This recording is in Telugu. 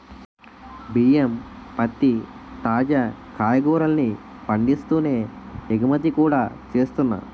బియ్యం, పత్తి, తాజా కాయగూరల్ని పండిస్తూనే ఎగుమతి కూడా చేస్తున్నా